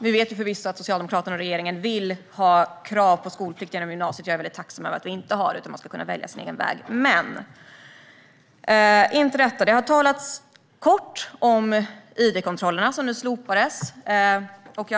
Vi vet förvisso att Socialdemokraterna och regeringen vill ha skolplikt genom gymnasiet, och jag är tacksam över att vi inte har det, för man ska kunna välja sin egen väg. Det har talats kort om id-kontrollerna som nu slopades.